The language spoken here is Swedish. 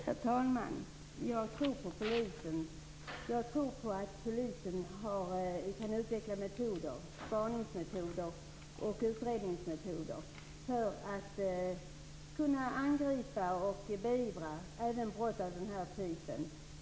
Herr talman! Jag tror på polisen och på att polisen kan utveckla metoder, spaningsmetoder och utredningsmetoder, för att kunna angripa och beivra även brott av den här typen.